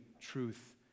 truth